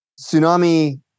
Tsunami